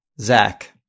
Zach